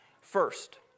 First